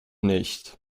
nicht